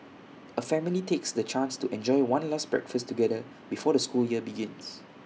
A family takes the chance to enjoy one last breakfast together before the school year begins